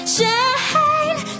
Shine